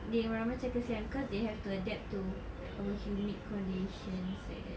dorang macam kesian cause they have to adapt to our humid condition like that